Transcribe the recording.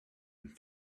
and